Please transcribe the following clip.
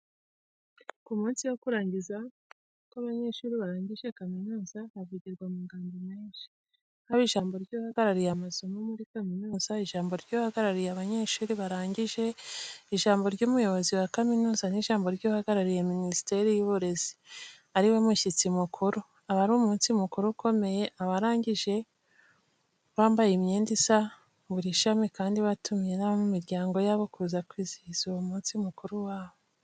Ku munsi wo kurangiza kw'abanyeshuri barangije kaminuza, havugirwa amagambo menshi. Haba ijambo ry'uhagarariye amasomo muri kaminuza, ijambo ry'uhagarariye abanyeshuri barangije, ijambo ry'umuyobozi wa kaminuza n'ijambo ry'uhagarariye Minisiteri y'Uburezi, ari we mushyitsi mukuru. Aba ari umunsi mukuru ukomeye, abarangije bambaye imyenda isa buri shami, kandi batumiye n'abo mu miryango yabo kuza kwizihiza uwo munsi mukuru wabo.